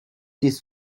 his